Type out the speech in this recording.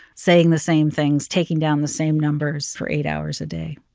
saying the same things, taking down the same numbers for eight hours a day.